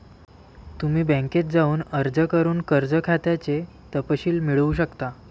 तुम्ही बँकेत जाऊन अर्ज करून कर्ज खात्याचे तपशील मिळवू शकता